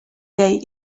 they